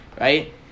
right